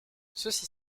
ceci